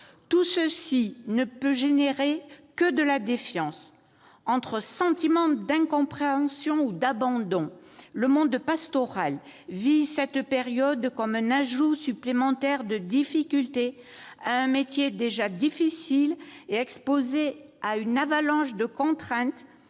Tout cela ne peut qu'engendrer de la défiance. Entre sentiment d'incompréhension et d'abandon, le monde pastoral vit cette période comme un ajout supplémentaire de difficultés à un métier déjà difficile et exposé à une avalanche de contraintes